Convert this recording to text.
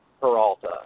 Peralta